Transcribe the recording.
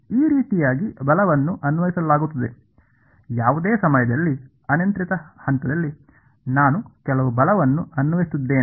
ಈ ರೀತಿಯಾಗಿ ಬಲವನ್ನು ಅನ್ವಯಿಸಲಾಗುತ್ತದೆ ಯಾವುದೇ ಸಮಯದಲ್ಲಿ ಅನಿಯಂತ್ರಿತ ಹಂತದಲ್ಲಿ ನಾನು ಕೆಲವು ಬಲವನ್ನು ಅನ್ವಯಿಸುತ್ತಿದ್ದೇನೆ